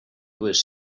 dues